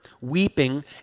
weeping